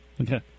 Okay